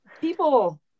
people